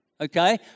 okay